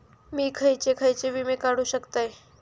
मी खयचे खयचे विमे काढू शकतय?